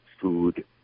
food